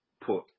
put